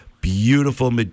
beautiful